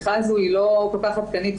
השיחה הזאת היא לא כל-כך עדכנית.